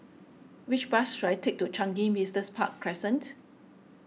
which bus should I take to Changi Business Park Crescent